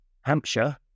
Hampshire